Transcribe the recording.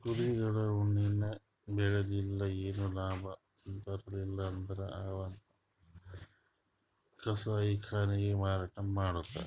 ಕುರಿಗೊಳಿಗ್ ಉಣ್ಣಿ ಬೆಳಿಲಿಲ್ಲ್ ಏನು ಲಾಭ ಬರ್ಲಿಲ್ಲ್ ಅಂದ್ರ ಅವನ್ನ್ ಕಸಾಯಿಖಾನೆಗ್ ಮಾರಾಟ್ ಮಾಡ್ತರ್